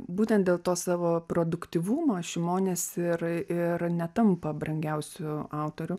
būtent dėl to savo produktyvumo šimonis ir ir netampa brangiausiu autoriu